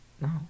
no